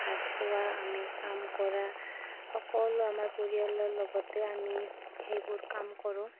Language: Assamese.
ভাত খোৱা আমি কাম কৰা সকলো আমাৰ পৰিয়ালৰ লগতে আমি সেইবোৰ কাম কৰোঁ